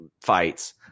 fights